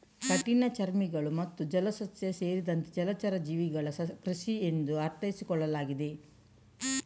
ಕಠಿಣಚರ್ಮಿಗಳು ಮತ್ತು ಜಲಸಸ್ಯಗಳು ಸೇರಿದಂತೆ ಜಲಚರ ಜೀವಿಗಳ ಕೃಷಿ ಎಂದು ಅರ್ಥೈಸಿಕೊಳ್ಳಲಾಗಿದೆ